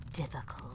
difficult